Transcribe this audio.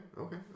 okay